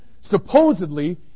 supposedly